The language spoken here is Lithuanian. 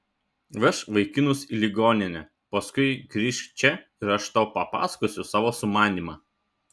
vežk vaikinus į ligoninę paskui grįžk čia ir aš tau papasakosiu savo sumanymą